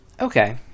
Okay